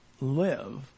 live